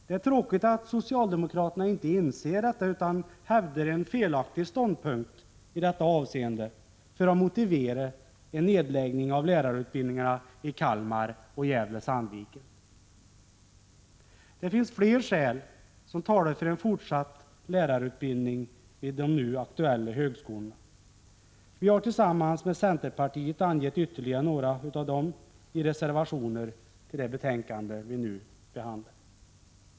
Det är tråkigt att socialdemokraterna inte inser detta utan hävdar en felaktig ståndpunkt i detta avseende för att motivera en nedläggning av lärarutbildningarna i Kalmar och Gävle-Sandviken. Det finns flera skäl som talar för en fortsatt lärarutbildning vid de nu aktuella högskolorna. Vi har tillsammans med centerpartiet angivit ytterligare några av dem i reservationer till det betänkande vi nu behandlar.